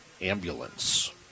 ambulance